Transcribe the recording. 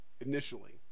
initially